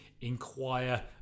inquire